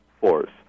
force